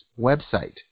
website